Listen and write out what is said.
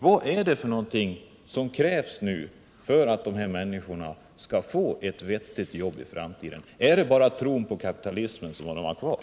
Vad krävs nu för att de här människorna skall få ett vettigt jobb i framtiden? Är det bara tron på kapitalismen man har kvar?